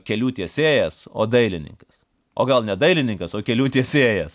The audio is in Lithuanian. kelių tiesėjas o dailininkas o gal ne dailininkas o kelių tiesėjas